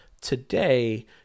today